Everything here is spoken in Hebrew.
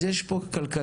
אז יש פה כלכליות.